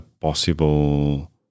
possible